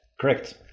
correct